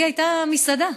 הייתה לי מסעדה.